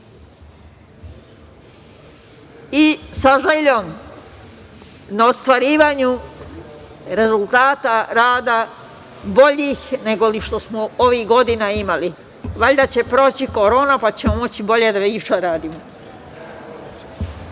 sa željom na ostvarivanju rezultata rada boljih nego li što smo ovih godina imali. Valjda će proći korona, pa ćemo moći bolje i više da